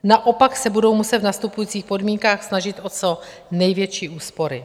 Naopak se budou muset v nastupujících podmínkách snažit o co největší úspory.